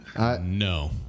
No